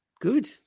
Good